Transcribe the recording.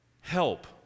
Help